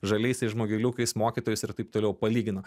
žaliaisiais žmogeliukais mokytojus ir taip toliau palygino